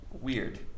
weird